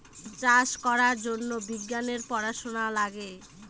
চাষ করার জন্য বিজ্ঞানের পড়াশোনা লাগে